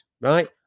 right